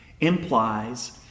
implies